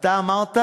אתה אמרת.